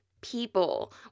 people